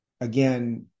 again